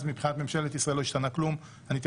מבחינת ממשלת ישראל לא השתנה מאז שום דבר.